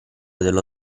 dello